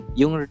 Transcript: yung